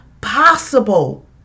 possible